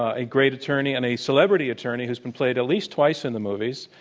a great attorney and a celebrity attorney who's been played at least twice in the movies,